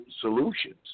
solutions